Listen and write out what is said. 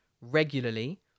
regularly